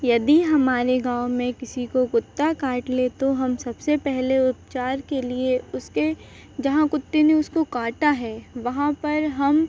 यदि हमारे गाँव में किसी को कुत्ता काट ले तो हम सबसे पहले उपचार के लिए उसके जहाँ कुत्ते ने उसको काटा है वहाँ पर हम